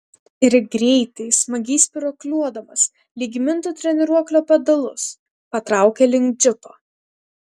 ir greitai smagiai spyruokliuodamas lyg mintų treniruoklio pedalus patraukė link džipo